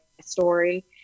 story